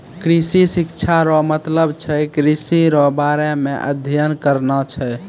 कृषि शिक्षा रो मतलब छै कृषि रो बारे मे अध्ययन करना छै